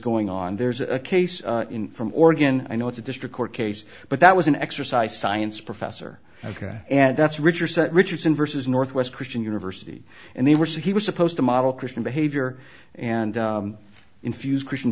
going on there's a case from oregon i know it's a district court case but that was an exercise science professor ok and that's richer set richardson versus northwest christian university and they were so he was supposed to model christian behavior and infuse christian